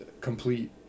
complete